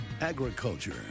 agriculture